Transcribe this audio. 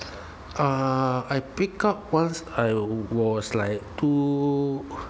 uh I pick up once I was like two